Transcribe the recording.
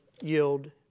yield